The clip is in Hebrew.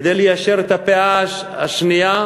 וכדי ליישר את הפאה השנייה,